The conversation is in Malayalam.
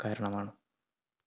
കാരണമാണ്